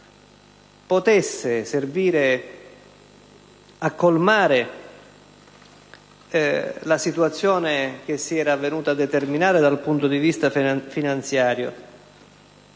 potesse servire a colmare la situazione che si era venuta a determinare dal punto di vista finanziario